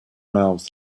mouths